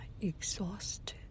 exhausted